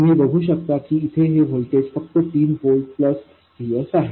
तुम्ही बघू शकता की इथे हे व्होल्टेज फक्त तीन व्होल्ट प्लस VSआहे